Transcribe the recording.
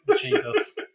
Jesus